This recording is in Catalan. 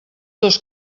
dos